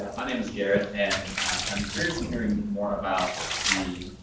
my name's garrett. and i'm curious in hearing more about the